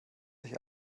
sich